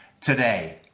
today